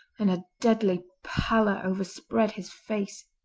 and a deadly pallor overspread his face.